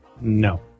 No